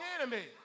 enemy